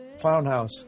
Clownhouse